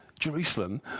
Jerusalem